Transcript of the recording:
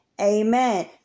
amen